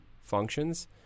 functions